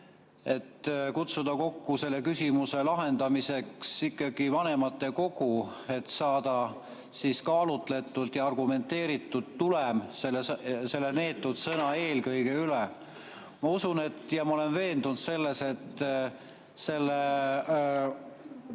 et kutsuda kokku selle küsimuse lahendamiseks ikkagi vanematekogu, et saada kaalutletud ja argumenteeritud tulem selle neetud sõna "eelkõige" kohta. Ma usun ja olen veendunud selles, et